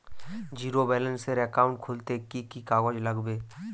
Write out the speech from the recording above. Zero ব্যালেন্সের account খুলতে কি কি কাগজ লাগবে?